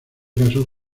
casó